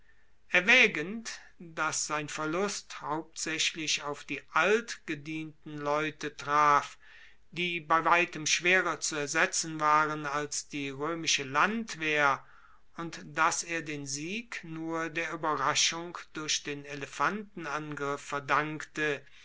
erwaegend dass sein verlust hauptsaechlich auf die altgedienten leute traf die bei weitem schwerer zu ersetzen waren als die roemische landwehr und dass er den sieg nur der ueberraschung durch den elefantenangriff verdankte